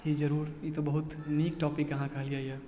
जी जरूर ई तऽ बहुत नीक टॉपिक अहाँ कहलियइ यऽ